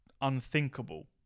unthinkable